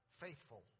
faithful